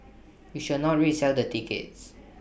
you shall not resell the tickets